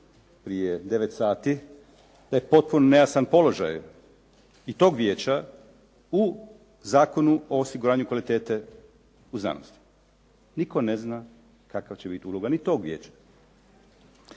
prije 9 sati da je potpuno nejasan položaj i tog vijeća u Zakonu o osiguranju kvalitete u znanosti. Nitko ne zna kakva će bit uloga ni tog vijeća.